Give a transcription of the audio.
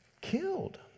killed